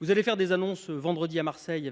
sceaux allez faire des annonces à Marseille.